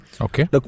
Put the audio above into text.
Okay